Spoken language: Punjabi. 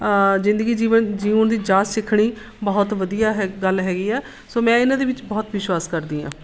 ਜ਼ਿੰਦਗੀ ਜੀਵਨ ਜਿਉਣ ਦੀ ਜਾਚ ਸਿੱਖਣੀ ਬਹੁਤ ਵਧੀਆ ਹੈ ਗੱਲ ਹੈਗੀ ਆ ਸੋ ਮੈਂ ਇਹਨਾਂ ਦੇ ਵਿੱਚ ਬਹੁਤ ਵਿਸ਼ਵਾਸ ਕਰਦੀ ਹਾਂ